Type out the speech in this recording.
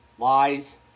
lies